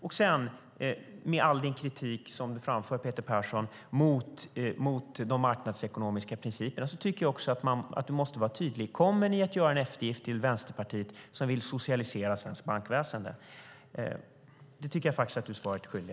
Med tanke på all den kritik som Peter Persson framför mot de marknadsekonomiska principerna tycker jag att han måste vara tydlig om Socialdemokraterna kommer att göra en eftergift till Vänsterpartiet som vill socialisera svenskt bankväsen. Det är Peter Persson svaret skyldig.